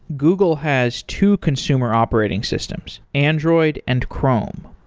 google has two consumer operating systems, android and chrome.